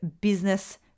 business